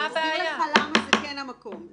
אסביר לך למה זה כן המקום.